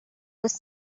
with